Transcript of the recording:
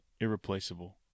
irreplaceable